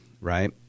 right